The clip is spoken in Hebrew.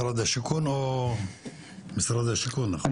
כן.